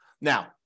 Now